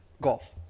golf